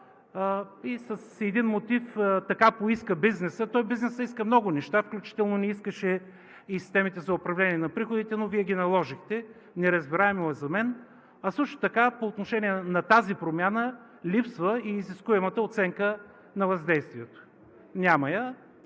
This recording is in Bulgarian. – с един мотив „така поиска бизнесът“. Той бизнесът иска много неща, включително не искаше и системите за управление на приходите, но Вие ги наложихте. Неразбираемо е за мен. В тази промяна липсва и изискуемата оценка на въздействието. Няма я.